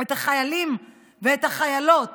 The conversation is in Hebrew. את החיילים ואת החיילות